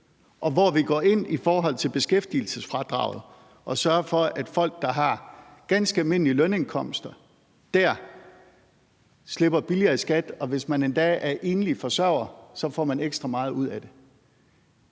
Og vi går ind i forhold til beskæftigelsesfradraget og sørger for, at folk, der har ganske almindelige lønindkomster, dér slipper billigere i skat, og hvis man er enlig forsørger, får man endda ekstra meget ud af det.